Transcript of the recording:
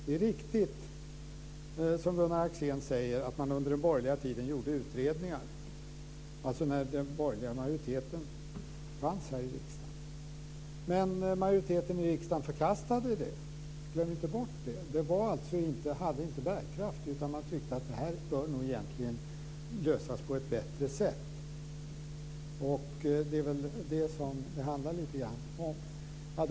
Det är riktigt, som Gunnar Axén säger, att man under den borgerliga tiden, alltså när det var borgerlig majoritet här riksdagen, gjorde utredningar. Men majoriteten i riksdagen förkastade ju dem. Glöm inte bort det! De hade alltså inte bärkraft, utan man tyckte att det här borde lösas på ett bättre sätt, och det är väl det som det lite grann handlar om.